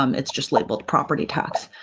um it's just labeled property tax.